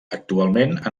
actualment